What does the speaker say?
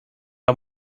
are